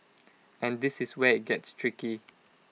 and this is where IT gets tricky